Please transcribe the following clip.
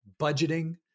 budgeting